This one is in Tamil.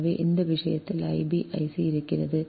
எனவே இந்த விஷயத்தில் I b I c இருக்கிறது